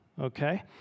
okay